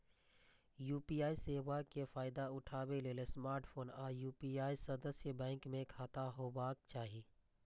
UPI सेवा के फायदा उठबै लेल स्मार्टफोन आ यू.पी.आई सदस्य बैंक मे खाता होबाक चाही